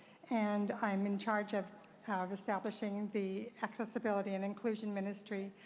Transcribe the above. and i am in charge of establishing the accessibility and inclusion ministry.